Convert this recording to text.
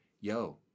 yo